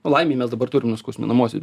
laimei mes dabar turim nuskausminamuosius